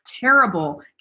terrible